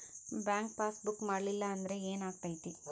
Bank passbook ಮಾಡಲಿಲ್ಲ ಅಂದ್ರೆ ಏನ್ ಆಗ್ತೈತಿ?